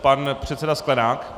Pan předseda Sklenák.